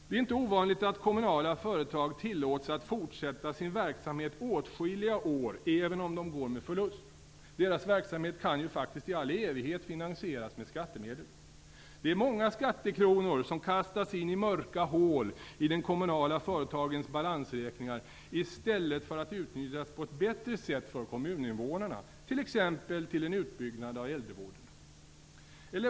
Det är inte ovanligt att kommunala företag tillåts att fortsätta sin verksamhet åtskilliga år även om de går med förlust. Deras verksamhet kan ju i all evighet finansieras med skattemedel. Det är många skattekronor som kastas in i mörka hål i de kommunala företagens balansräkningar i stället för att utnyttjas på ett bättre sätt för kommuninvånarna, t.ex. till en utbyggnad av äldrevården.